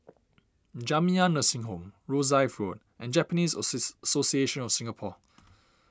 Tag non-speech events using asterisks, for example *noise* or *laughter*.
Jamiyah Nursing Home Rosyth Road and Japanese *unintelligible* Association of Singapore